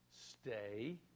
stay